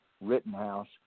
Rittenhouse